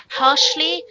harshly